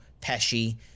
Pesci